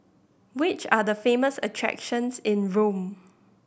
which are the famous attractions in Rome